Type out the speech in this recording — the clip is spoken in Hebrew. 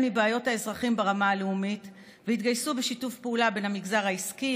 מבעיות האזרחים ברמה הלאומית והתגייסו בשיתוף פעולה בין המגזר העסקי,